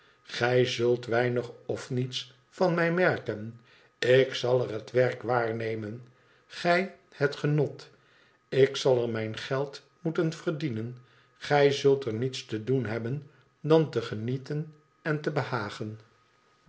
gij zult weinig of niets van mij merken ik zal er het werk waar nemen gij het genot ik zal er mijn geld moeten verdienen gij zult er niets te doen hebben dan te genieten en te behagen